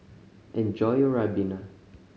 enjoy your ribena